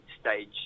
stage